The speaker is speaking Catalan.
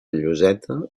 lloseta